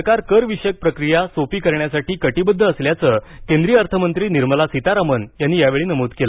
सरकार करविषयक प्रक्रिया सोपी करण्यासाठी कटिबद्ध असल्याचं केंद्रीय अर्थमंत्री निर्मला सीतारामन यांनी या वेळी नमूद केलं